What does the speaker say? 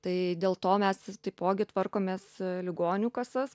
tai dėl to mes taipogi tvarkomės ligonių kasas